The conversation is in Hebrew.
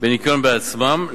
בניכיון בעצמם,